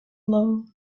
low